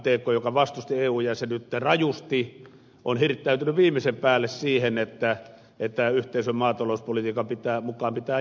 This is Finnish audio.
mtk joka vastusti eu jäsenyyttä rajusti on hirttäytynyt viimeisen päälle siihen että yhteisön maatalouspolitiikan mukaan pitää jatkaa